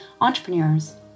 entrepreneurs